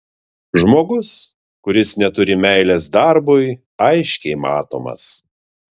žmogus kuris neturi meilės darbui aiškiai matomas